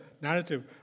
narrative